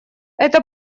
это